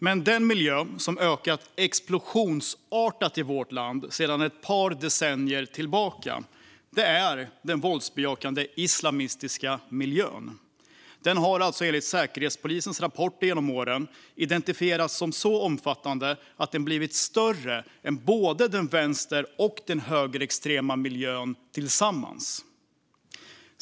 Men den miljö som ökat explosionsartat i vårt land sedan ett par decennier tillbaka är den våldsbejakande islamistiska miljön. Den har enligt Säkerhetspolisens rapporter genom åren identifierats som så omfattande att den blivit större än både den vänster och den högerextrema miljön tillsammans.